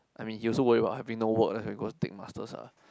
I mean he also worries about having no work and go take master lah